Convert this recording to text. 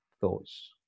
thoughts